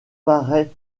paraît